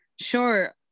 Sure